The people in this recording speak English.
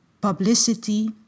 publicity